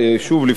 לפני סיום,